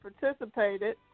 participated